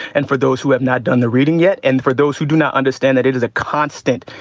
and for those who have not done the reading yet. and for those who do not understand that, it is a constant,